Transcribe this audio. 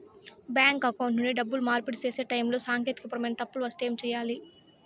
bank account నుండి డబ్బులు మార్పిడి సేసే టైములో సాంకేతికపరమైన తప్పులు వస్తే ఏమి సేయాలి